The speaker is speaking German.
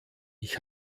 ich